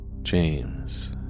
James